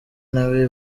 nawe